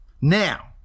now